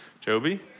Joby